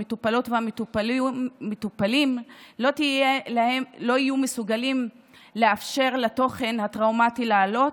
המטופלות והמטופלים לא יהיו מסוגלים לאפשר לתוכן הטראומטי לעלות,